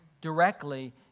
directly